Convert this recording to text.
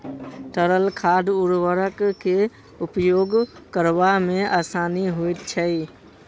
तरल खाद उर्वरक के उपयोग करबा मे आसानी होइत छै